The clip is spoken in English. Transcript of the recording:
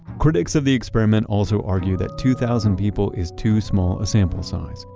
critics of the experiment also argue that two thousand people is too small a sample size.